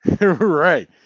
Right